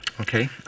Okay